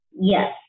yes